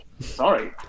Sorry